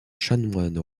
chanoine